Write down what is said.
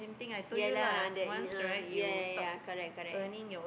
ya lah that uh ya ya ya correct correct